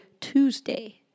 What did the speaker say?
Tuesday